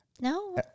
No